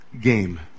game